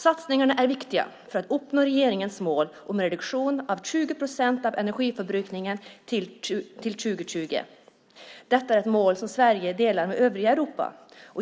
Satsningarna är viktiga för att uppnå regeringens mål om en reduktion med 20 procent av energiförbrukningen till 2020. Detta är ett mål som Sverige delar med övriga Europa.